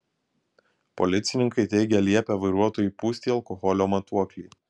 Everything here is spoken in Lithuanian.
policininkai teigia liepę vairuotojui pūsti į alkoholio matuoklį